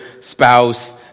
spouse